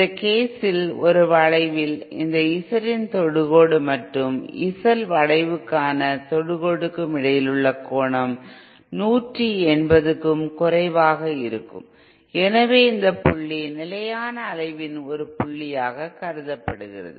இந்த கேசில் ஒரு வளைவில் இந்த Z இன் தொடுகோடு மற்றும் ZL வளைவுக்கான தொடுகோடுக்கும் இடையில் உள்ள கோணம் 180 க்கும் குறைவாக இருக்கும் எனவே இந்த புள்ளி நிலையான அலைவின் ஒரு புள்ளியாக கருதப்படுகிறது